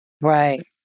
right